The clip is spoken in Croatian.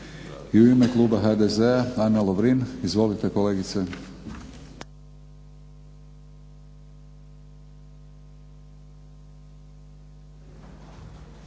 I u ime kluba HDZ-a Ana Lovrin. Izvolite kolegice.